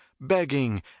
begging